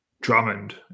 Drummond